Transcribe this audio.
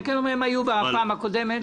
אבל --- הם היו פה בפעם הקודמת.